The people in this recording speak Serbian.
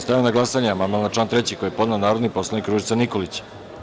Stavljam na glasanje amandman na član 3. koji je podneo narodni poslanik Božidar Delić.